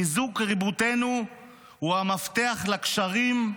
חיזוק ריבונותנו הוא המפתח לקשרים,